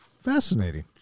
fascinating